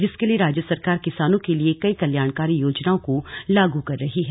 जिसके लिए राज्य सरकार किसानों के लिए कई कल्याणकारी योजनाओं को लागू कर रही है